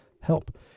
help